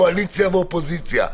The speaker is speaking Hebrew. קואליציה ואופוזיציה,